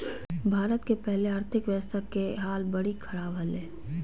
भारत के पहले आर्थिक व्यवस्था के हाल बरी ख़राब हले